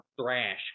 thrash